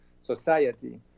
society